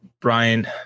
Brian